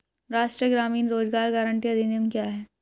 राष्ट्रीय ग्रामीण रोज़गार गारंटी अधिनियम क्या है?